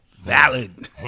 Valid